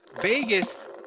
Vegas